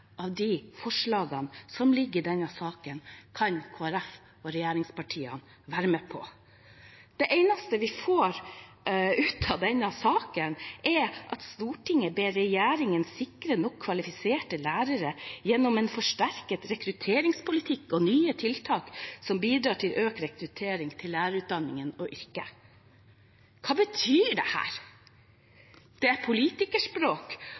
av de forslagene som ligger i denne saken, kan Kristelig Folkeparti og regjeringspartiene være med på. Det eneste vi får ut av denne saken, er: «Stortinget ber regjeringen sikre nok kvalifiserte lærere gjennom en forsterket rekrutteringspolitikk og nye tiltak som bidrar til økt rekruttering til lærerutdanningen og yrket.» Hva betyr dette? Det er politikerspråk